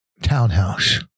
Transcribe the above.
townhouse